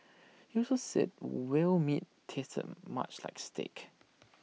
he also said whale meat tasted much like steak